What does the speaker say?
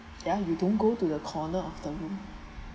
ya you don't go to the corner of the room